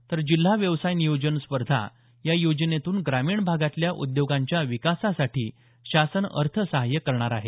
तर जिल्हा व्यवसाय नियोजन स्पर्धा या योजनेतून ग्रामीण भागातल्या उद्योगांच्या विकासासाठी शासन अर्थसहाय्य करणार आहे